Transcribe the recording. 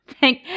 Thank